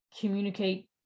communicate